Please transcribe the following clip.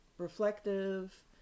reflective